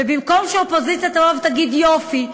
ובמקום שהאופוזיציה תבוא ותגיד: יופי,